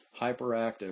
hyperactive